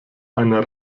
einen